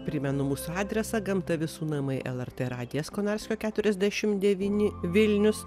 primenu mūsų adresą gamta visų namai lrt radijas konarskio keturiasdešim devyni vilnius